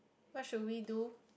what should we do